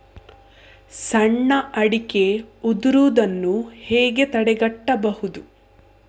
ಸಣ್ಣ ಅಡಿಕೆ ಉದುರುದನ್ನು ಹೇಗೆ ತಡೆಗಟ್ಟಬಹುದು?